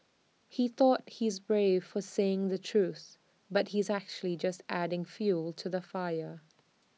he thought he's brave for saying the truth but he's actually just adding fuel to the fire